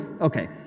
okay